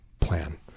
plan